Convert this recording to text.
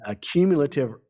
cumulative